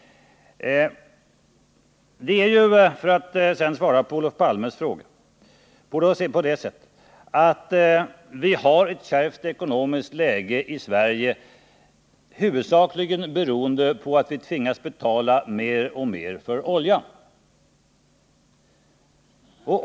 Att vi, för att sedan svara på Olof Palmes frågor, har ett kärvt ekonomiskt läge i Sverige beror ju huvudsakligen på att vi tvingas betala mer och mer för olja.